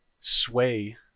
sway